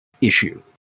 issue